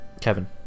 Kevin